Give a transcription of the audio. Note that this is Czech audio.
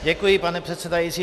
Děkuji, pane předsedající.